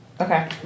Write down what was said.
Okay